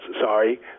sorry